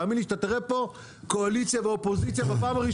תאמין לי שאתה תראה פה בפעם הראשונה קואליציה ואופוזיציה כאשר כולם